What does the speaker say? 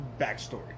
backstory